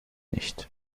nicht